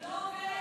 הוא לא עובד.